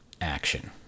action